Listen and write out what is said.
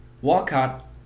Walcott